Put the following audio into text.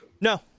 No